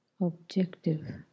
objective